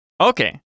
Okay